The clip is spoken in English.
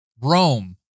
Rome